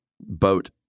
boat